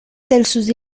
دلسوزی